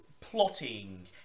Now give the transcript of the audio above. plotting